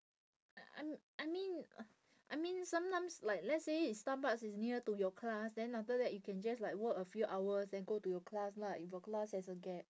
um I mean uh I mean sometimes like let's say if Starbucks is near to your class then after that you can just like work a few hours then go to your class lah if your class has a gap